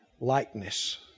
likeness